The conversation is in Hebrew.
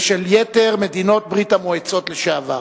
ושל יתר מדינות ברית-המועצות לשעבר.